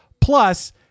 Plus